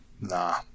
Nah